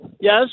Yes